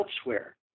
elsewhere